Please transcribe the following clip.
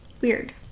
Weird